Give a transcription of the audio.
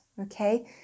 okay